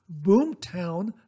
Boomtown